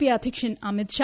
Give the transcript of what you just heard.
P അധ്യക്ഷൻ അമിത്ഷാ